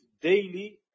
daily